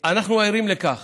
אנחנו ערים לכך